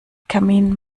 kamin